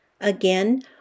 Again